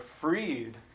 freed